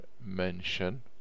mention